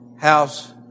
house